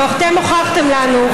ואתם הוכחתם לנו,